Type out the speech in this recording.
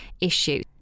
issue